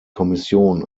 kommission